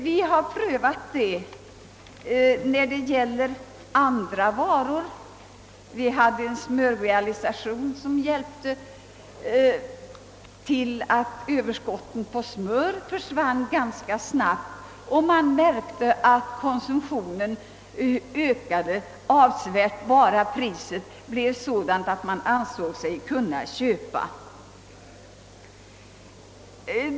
Vi har prövat det när det gäller andra varor; smörrealisationen bidrog till att överskottet på smör försvann ganska snabbt. Konsumtionen ökade avsevärt så snart priset blev sådant att man ansåg sig kunna köpa.